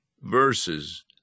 verses